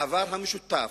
בעבר המשותף,